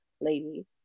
lady